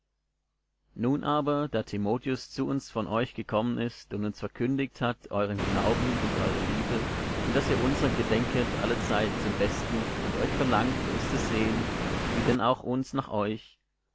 nun aber da timotheus zu uns von euch gekommen ist und uns verkündigt hat euren glauben und eure liebe und daß ihr unser gedenket allezeit zum besten und euch verlangt uns zu sehen wie denn auch uns nach euch